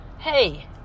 Hey